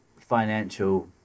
financial